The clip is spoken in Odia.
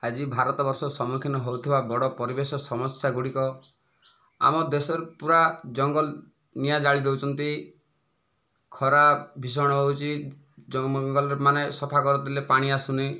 ଆଜି ଭାରତ ବର୍ଷ ସମ୍ମୁଖୀନ ହେଉଥିବା ବଡ଼ ପରିବେଶ ସମସ୍ୟା ଗୁଡ଼ିକ ଆମ ଦେଶରେ ପୁରା ଜଙ୍ଗଲ ନିଆଁ ଜାଳି ଦେଉଛନ୍ତି ଖରା ଭୀଷଣ ହେଉଛି ଜଙ୍ଗଲ ମାନେ ସଫା କରିଦେଲେ ପାଣି ଆସୁନି